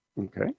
Okay